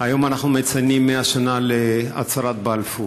היום אנחנו מציינים 100 שנה להצהרת בלפור.